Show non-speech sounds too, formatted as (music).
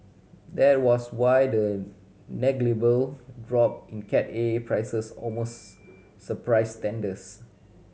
that was why the negligible drop in Cat A prices almost surprised (unintelligible)